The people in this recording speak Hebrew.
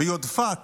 ביודפת